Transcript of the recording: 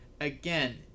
again